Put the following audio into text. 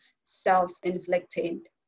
self-inflicted